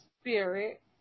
spirit